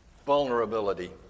Vulnerability